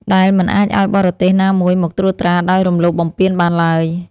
ដែលមិនអាចឱ្យបរទេសណាមួយមកត្រួតត្រាដោយរំលោភបំពានបានឡើយ។